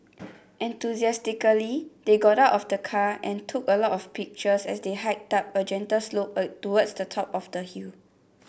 enthusiastically they got out of the car and took a lot of pictures as they hiked up a gentle slope a towards the top of the hill